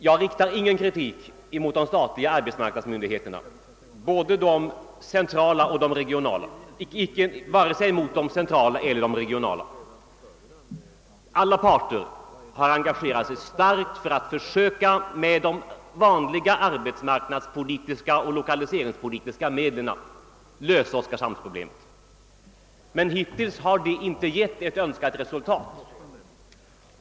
Jag riktar ingen kritik mot de statliga arbetsmarknadsmyndigheterna, varken de centrala eller de regionala. Alla parter har engagerat sig starkt för att med de vanliga arbetsmarknadspolitiska och lokaliseringspolitiska medlen lösa oskarshamnsproblemet. Men hittills har försöken inte givit önskat resultat.